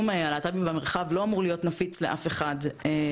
הלהט"בי במרחב לא אמור להיות נפיץ לאף אחד.